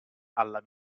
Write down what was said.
alla